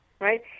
right